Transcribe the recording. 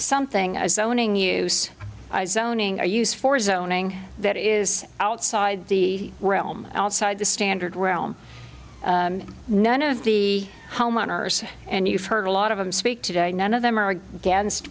something as zoning use as owning or use for zoning that is outside the realm outside the standard realm none of the homeowners and you've heard a lot of them speak today none of them are against